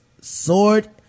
sword